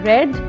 Red